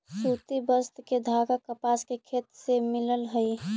सूति वस्त्र के धागा कपास के खेत से मिलऽ हई